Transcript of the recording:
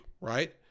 right